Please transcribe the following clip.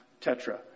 Tetra